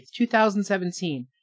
2017